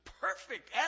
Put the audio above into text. perfect